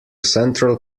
central